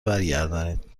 برگردانید